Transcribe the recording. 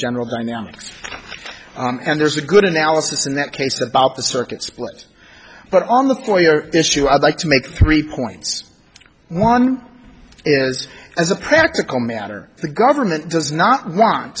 general dynamics and there's a good analysis in that case about the circuit split but on the foyer issue i'd like to make three points one is as a practical matter the government does not want